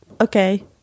okay